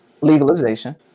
legalization